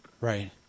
Right